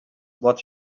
what